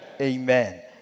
Amen